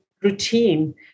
routine